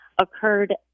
occurred